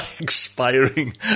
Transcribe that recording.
expiring